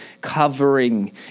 covering